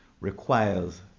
requires